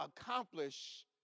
accomplish